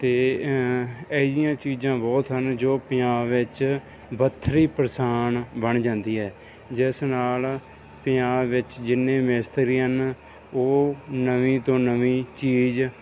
ਅਤੇ ਇਹ ਹੀ ਜਿਹੀਆਂ ਚੀਜ਼ਾ ਬਹੁਤ ਹਨ ਜੋ ਪੰਜਾਬ ਵਿੱਚ ਵੱਖਰੀ ਪਹਿਚਾਣ ਬਣ ਜਾਂਦੀ ਹੈ ਜਿਸ ਨਾਲ ਪੰਜਾਬ ਵਿੱਚ ਜਿੰਨੇ ਮਿਸਤਰੀ ਹਨ ਉਹ ਨਵੀਂ ਤੋਂ ਨਵੀਂ ਚੀਜ਼